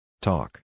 Talk